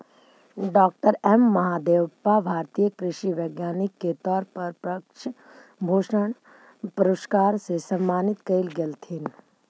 डॉ M Mahadevappa भारतीय कृषि वैज्ञानिक के तौर पर पद्म भूषण पुरस्कार से सम्मानित कएल गेलथीन